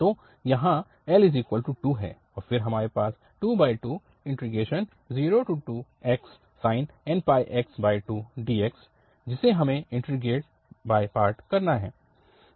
तो यहाँ L2 है और फिर हमारे पास 2202xsin nπx2 dx जिसे हमें इन्टीग्रेट बाय पार्ट करना है